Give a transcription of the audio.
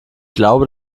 glaube